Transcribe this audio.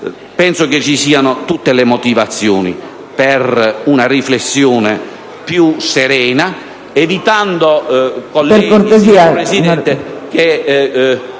Penso ci siano tutte le motivazioni per una riflessione più serena, evitando, Presidente,